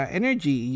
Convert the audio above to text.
energy